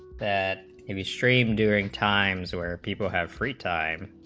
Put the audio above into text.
that industry and doing times where people have free time